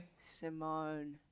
Simone